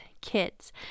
kids